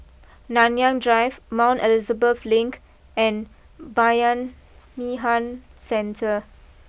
Nanyang Drive Mount Elizabeth Link and Bayanihan Centre